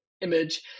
image